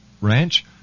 ranch